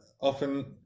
often